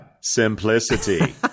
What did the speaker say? simplicity